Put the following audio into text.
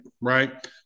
right